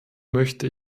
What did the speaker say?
möchte